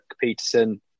Peterson